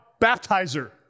baptizer